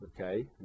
Okay